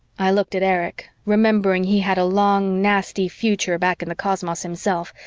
i looked at erich, remembering he had a long nasty future back in the cosmos himself,